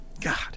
God